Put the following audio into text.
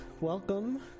welcome